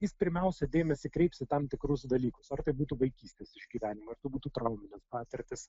jis pirmiausia dėmesį kreips į tam tikrus dalykus ar tai būtų vaikystės išgyvenimai ar tai būtų trauminės patirtys